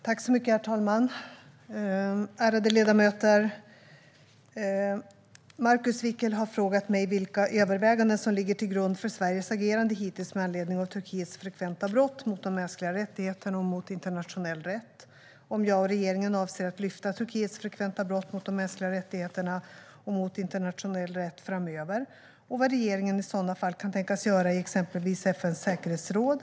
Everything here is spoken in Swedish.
Svar på interpellationer Herr talman och ärade ledamöter! Markus Wiechel har frågat mig vilka överväganden som ligger till grund för Sveriges agerande hittills med anledning av Turkiets frekventa brott mot de mänskliga rättigheterna och mot internationell rätt, om jag och regeringen avser att lyfta Turkiets frekventa brott mot de mänskliga rättigheterna och mot internationell rätt framöver och vad regeringen i sådana fall kan tänkas göra i exempelvis FN:s säkerhetsråd.